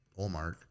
Olmark